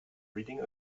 reading